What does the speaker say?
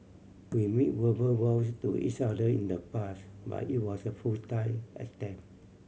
we made verbal vows to each other in the past but it was a futile attempt